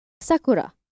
Sakura